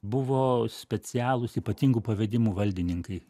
buvo specialūs ypatingų pavedimų valdininkai